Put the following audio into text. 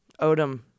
Odom